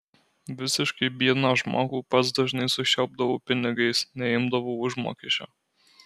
visiškai biedną žmogų pats dažnai sušelpdavau pinigais neimdavau užmokesčio